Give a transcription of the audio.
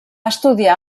estudiar